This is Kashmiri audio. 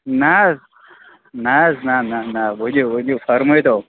نہ حظ نہ حظ نہ نہ نہ ؤنیُو ؤنیُو فرمٲے تَو